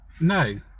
no